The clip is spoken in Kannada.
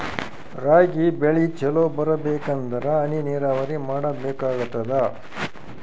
ರಾಗಿ ಬೆಳಿ ಚಲೋ ಬರಬೇಕಂದರ ಹನಿ ನೀರಾವರಿ ಬೇಕಾಗತದ?